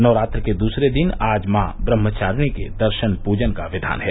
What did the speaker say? नवरात्र के दूसरे दिन आज मॉ ब्रम्हचारिणी के दर्शन पूजन का विधान है